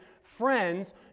friends